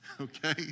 okay